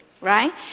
right